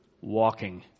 walking